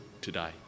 today